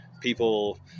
people